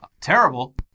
terrible